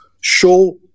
show